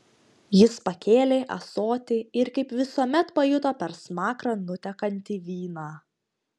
jis pakėlė ąsotį ir kaip visuomet pajuto per smakrą nutekantį vyną